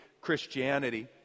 Christianity